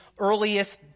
earliest